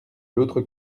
l’autre